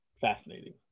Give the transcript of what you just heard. fascinating